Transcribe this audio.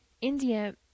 India